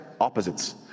opposites